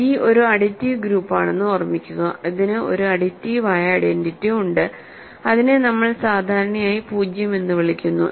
G ഒരു additive ഗ്രൂപ്പാണെന്ന് ഓർമ്മിക്കുക ഇതിന് ഒരു അഡിറ്റീവായ ഐഡന്റിറ്റി ഉണ്ട് അതിനെ നമ്മൾ സാധാരണയായി 0 എന്ന് വിളിക്കുന്നു